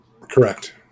correct